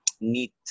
need